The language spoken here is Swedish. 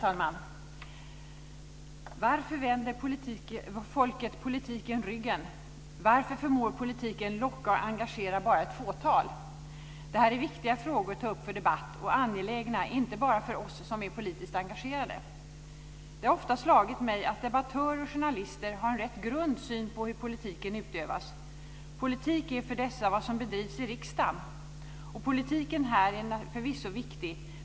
Fru talman! Varför vänder folket politiken ryggen? Varför förmår politiken locka och engagera bara ett fåtal? Det är viktiga frågor att ta upp för debatt. De är angelägna inte bara för oss som är politiskt engagerade. Det har ofta slagit mig att debattörer och journalister har en rätt grund syn på hur politiken utövas. Politik är för dessa vad som bedrivs i riksdagen. Och politiken här är förvisso viktig.